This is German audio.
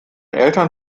eltern